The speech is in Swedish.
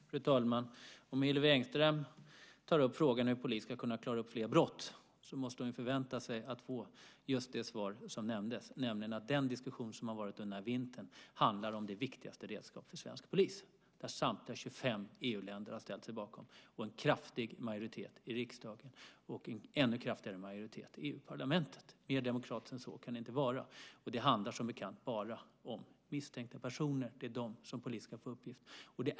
Fru talman! Om Hillevi Engström tar upp frågan hur polisen ska kunna klara upp fler brott måste hon förvänta sig att få just det svar som nämndes, nämligen att den diskussion som har varit under denna vinter handlar om det viktigaste redskapet för svensk polis. Det har samtliga 25 EU-länder ställt sig bakom, en kraftig majoritet i riksdagen och en ännu kraftigare majoritet i EU-parlamentet. Mer demokratiskt än så kan det inte vara. Det handlar, som bekant, bara om misstänkta personer. Det är dem som polisen ska få uppgifter om.